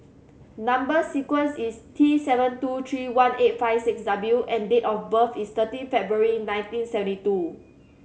number sequence is T seven two three one eight five six W and date of birth is thirteen February nineteen seventy two